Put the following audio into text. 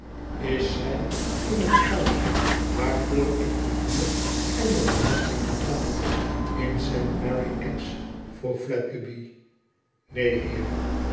is zij in het huis waarvoor ik de huur en de belasting betaal in saint mary axe vroeg fledgeby neen heer